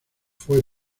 fue